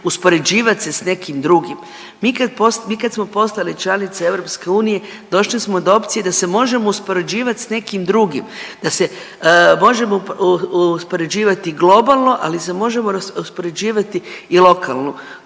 uspoređivati se s nekim drugim. Mi kada smo postali članica Europske unije došli smo do opcije da se možemo uspoređivati sa nekim drugim, da se možemo uspoređivati globalno, ali se možemo uspoređivati i lokalno.